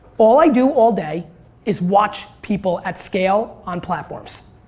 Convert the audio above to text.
all i do all day is watch people at scale on platforms.